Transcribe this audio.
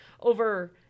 over